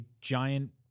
giant